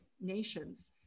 nations